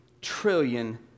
trillion